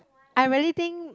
I really think